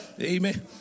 Amen